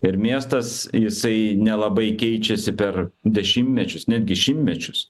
ir miestas jisai nelabai keičiasi per dešimtmečius netgi šimtmečius